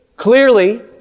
Clearly